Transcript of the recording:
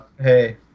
hey